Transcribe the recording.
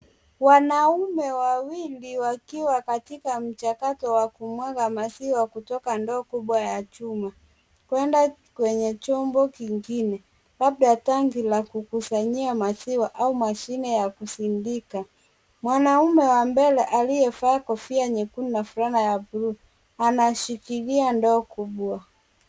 Wanaume wawili wakiwa katika mchakato wa kumwaga maziwa kutoka ndoo kubwa ya chuma kwenda kwenye chombo kingine labda tanki la kukusanyia maziwa au mashine ya kusindika. Mwanaume wa mbele aliyevaa kofia nyekundu na fulana ya bluu anashikilia ndoo kubwa.